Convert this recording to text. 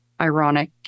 ironic